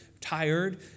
tired